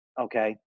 Okay